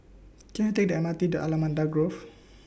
Can I Take The M R T to Allamanda Grove